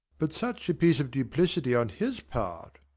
but such a piece of duplicity on his part!